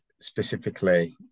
specifically